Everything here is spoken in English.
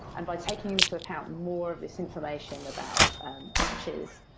and by taking into account more of these information about patches,